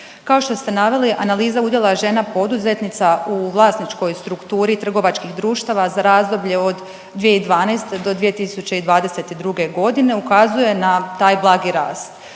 Kao što ste naveli, analiza udjela žena poduzetnica u vlasničkoj strukturi trgovačkih društava za razdoblje od 2012.-2022 g. ukazuje na taj blagi rast.